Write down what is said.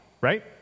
right